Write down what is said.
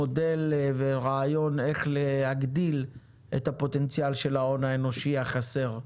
מודל ורעיון כיצד להגדיל את הפוטנציאל של ההון האנושי החסר.